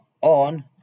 on